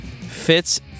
fits